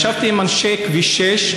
ישבתי עם אנשי כביש 6,